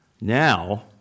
now